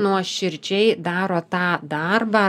nuoširdžiai daro tą darbą